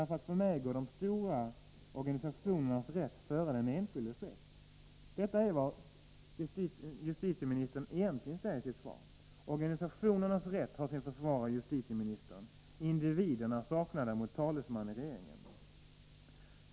För mig går nämligen de stora organisationernas rätt före den enskildes rätt. Detta är vad justitieministern egentligen säger i sitt svar. Organisationernas rätt har sin försvarare i justitieministern. Individerna däremot saknar talesman i regeringen.